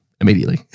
immediately